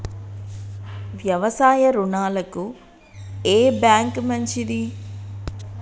వ్యవసాయ రుణాలకు ఏ బ్యాంక్ మంచిది?